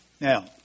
Now